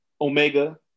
Omega